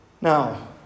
Now